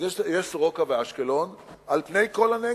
אז יש "סורוקה" ואשקלון על-פני כל הנגב.